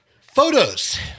Photos